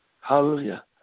Hallelujah